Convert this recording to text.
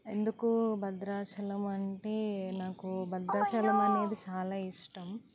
ఎందుకు భద్రాచలం అంటే నాకు భద్రాచలం అనేది చాలా ఇష్టం